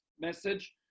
message